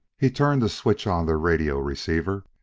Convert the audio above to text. he turned to switch on their radio receiver,